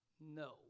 No